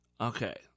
Okay